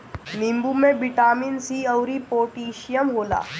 नींबू में vitamin C अउरी पोटैशियम होला